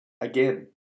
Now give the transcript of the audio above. again